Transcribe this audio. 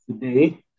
today